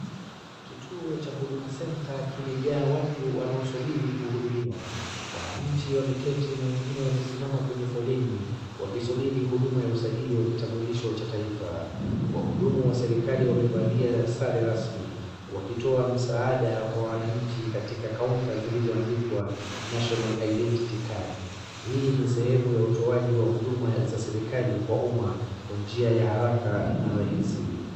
Kituo cha Huduma Centre kimejaa watu wanaosubiri kuhudumiwa. Wananchi wameketi na wengine wamesimama kwenye foleni wakisubiri huduma ya usajili wa kitambulisho cha taifa. Wahudumu wa serikali wamevalia sare rasmi wakitoa msaada kwa wananchi katika kaunta zilizoandikwa National Identity Card . Hii ni sehemu ya utoaji wa huduma za serikali kwa umma kwa njia ya haraka na rahisi.